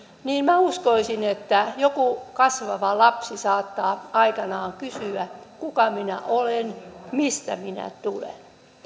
niin minä uskoisin että joku kasvava lapsi saattaa aikanaan kysyä kuka minä olen mistä minä tulen